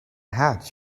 hat